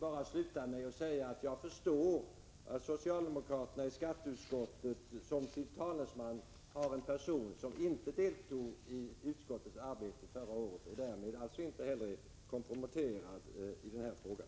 Jag vill sluta med att säga att jag förstår att socialdemokraterna i skatteutskottet som sin talesman har en person som inte deltog i utskottets arbete förra året och därmed alltså inte heller är komprometterad i den här frågan.